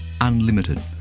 Unlimited